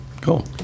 Cool